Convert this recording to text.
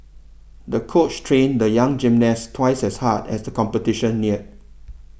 the coach trained the young gymnast twice as hard as the competition neared